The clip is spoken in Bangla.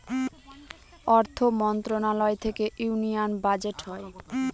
অর্থ মন্ত্রণালয় থেকে ইউনিয়ান বাজেট হয়